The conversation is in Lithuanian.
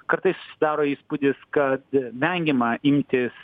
kartais susidaro įspūdis kad vengiama imtis